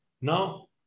Now